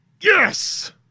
yes